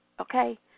okay